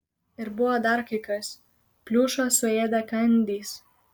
ir buvo dar kai kas pliušą suėdė kandys